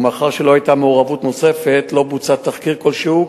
ומאחר שלא היתה מעורבות נוספת לא בוצע תחקיר כלשהו,